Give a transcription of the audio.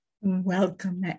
Welcome